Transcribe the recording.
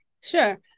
Sure